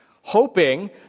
hoping